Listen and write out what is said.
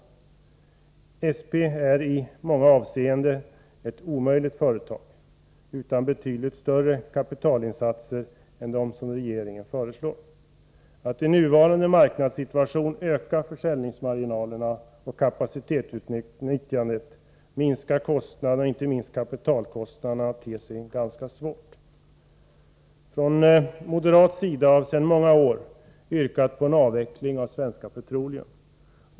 Svenska Petroleum är i många avseenden ett omöjligt företag utan betydligt större kapitalinsatser än dem regeringen föreslår. Att i nuvarande marknadssituation öka försäljningsmarginalerna och kapacitetsutnyttjandet, minska kostnaderna och inte minst kapitalkostnaderna, ter sig ganska svårt. Från moderat håll har vi sedan många år yrkat på en avveckling av Svenska Petroleum.